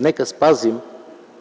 Нека спазим